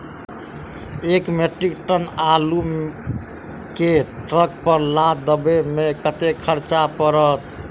एक metric ton आलु केँ ट्रक पर लदाबै मे कतेक खर्च पड़त?